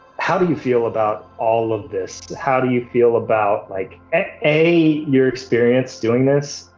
how do you feel about all of this? how do you feel about, like a, your experience doing this,